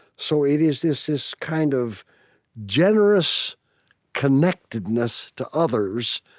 so it is this this kind of generous connectedness to others.